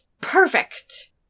perfect